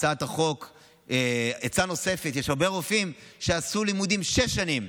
הצעת החוק עצה נוספת: יש הרבה רופאים שעשו לימודים שש שנים,